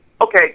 okay